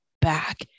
back